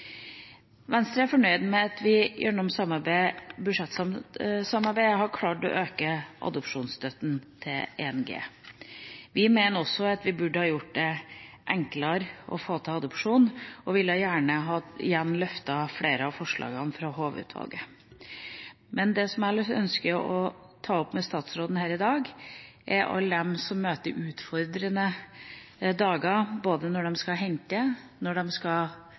Venstre er fornøyd med at vi gjennom budsjettsamarbeidet har klart å øke adopsjonsstøtten til 1 G. Vi mener også at vi burde ha gjort det enklere å få til adopsjon og ville gjerne igjen ha løftet flere av forslagene fra Hove-utvalget. Men det jeg ønsker å ta opp med statsråden her i dag, er alle de som møter utfordrende dager både når de skal hente, når de skal